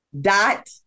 dot